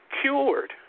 cured